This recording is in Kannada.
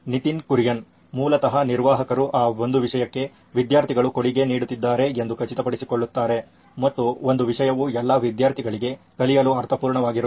ನಿತಿನ್ ಕುರಿಯನ್ ಮೂಲತಃ ನಿರ್ವಾಹಕರು ಆ ಒಂದು ವಿಷಯಕ್ಕೆ ವಿದ್ಯಾರ್ಥಿಗಳು ಕೊಡುಗೆ ನೀಡುತ್ತಿದ್ದಾರೆ ಎಂದು ಖಚಿತಪಡಿಸಿಕೊಳ್ಳುತ್ತಾರೆ ಮತ್ತು ಒಂದು ವಿಷಯವು ಎಲ್ಲಾ ವಿದ್ಯಾರ್ಥಿಗಳಿಗೆ ಕಲಿಯಲು ಅರ್ಥಪೂರ್ಣವಾಗಿರುತ್ತದೆ